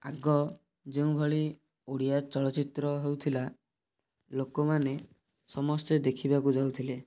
ଆଗ ଯେଉଁଭଳି ଓଡ଼ିଆ ଚଳଚ୍ଚିତ୍ର ହେଉଥିଲା ଲୋକମାନେ ସମସ୍ତେ ଦେଖିବାକୁ ଯାଉଥିଲେ